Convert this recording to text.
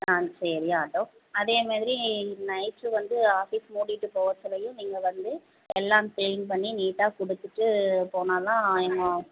ஆ சரி அதோ அதேமாதிரி நைட்டு வந்து ஆஃபீஸ் மூடிவிட்டு போவச்சுலையும் நீங்கள் வந்து எல்லாம் க்ளீன் பண்ணி நீட்டாக கொடுத்துட்டு போனால்தான் இன்னும்